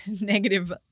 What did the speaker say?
negative